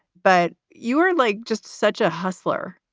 but you are like just such a hustler